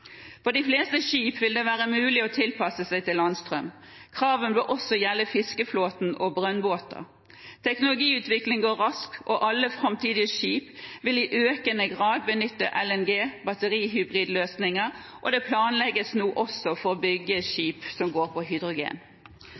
For de fleste skip vil det være mulig å tilpasse seg landstrøm. Kravene bør også gjelde fiskeflåten og brønnbåter. Teknologiutviklingen går raskt, og alle framtidige skip vil i økende grad benytte LNG, hybridløsninger med batteri, og det planlegges nå også for å bygge skip som går på hydrogen.